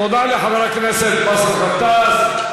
תודה לחבר הכנסת באסל גטאס.